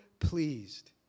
pleased